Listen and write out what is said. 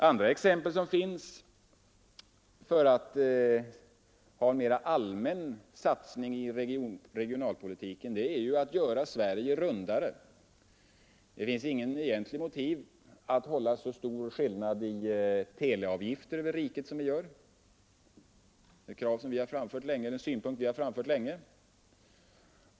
Andra exempel på en mera allmän satsning i regionalpolitiken är att göra Sverige rundare. Det finns inget egentligt motiv att upprätthålla så stora skillnader i teleavgifter över riket som vi nu har. Det är en synpunkt som vi har framfört länge.